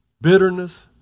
bitterness